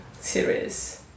series